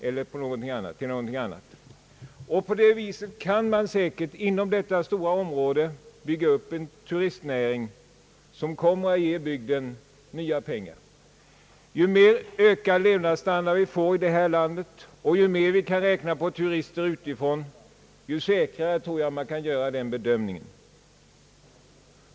Därför kan man säkert inom detta stora område bygga upp en turistnäring som kommer att ge bygden nya pengar. Ju mer levnadsstandarden ökar i landet och ju mer vi kan räkna på turister utifrån, desto säkrare tror jag att den bedömningen blir.